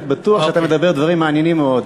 אני בטוח שאתה מדבר דברים מעניינים מאוד.